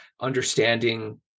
understanding